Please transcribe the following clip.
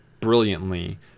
brilliantly